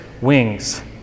wings